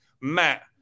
Matt